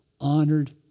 honored